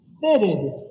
fitted